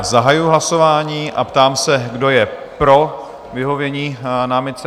Zahajuji hlasování a ptám se, kdo je pro vyhovění námitce?